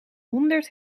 honderd